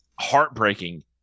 heartbreaking